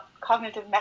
cognitive